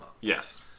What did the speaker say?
Yes